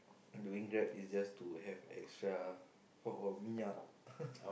doing Grab is just to have extra for for me lah